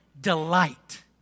Delight